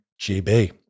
GB